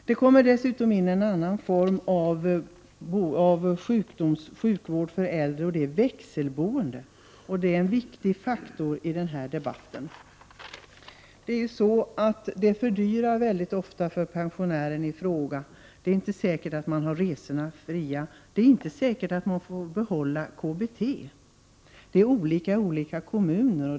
Det kommer dessutom in en annan form av sjukvård för äldre, och det är växelboende, som är en viktig faktor i denna debatt. Det fördyrar ofta för pensionärerna i fråga; det är inte säkert att de har resorna fria eller att de får behålla KBT. Det är olika i olika kommuner.